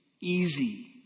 easy